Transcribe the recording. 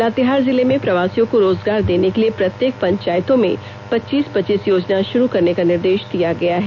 लातेहार जिले में प्रवासियों को रोजगार देने के लिए प्रत्येक पंचायतों में पच्चीस पच्चीस योजना शुरू करने का निर्देश दिया गया है